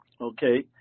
Okay